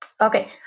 Okay